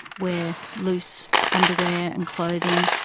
wear loose underwear and clothing.